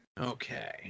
Okay